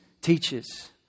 teaches